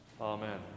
Amen